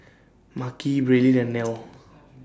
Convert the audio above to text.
Makhi Braelyn and Nelle